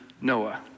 Noah